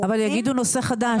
אבל יגיד נושא חדש.